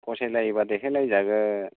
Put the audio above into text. फसायलायोबा देखायलायजागोन